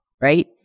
right